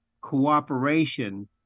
Cooperation